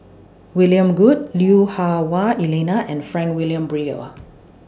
William Goode Lui Hah Wah Elena and Frank Wilmin Brewer